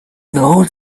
whole